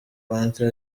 panther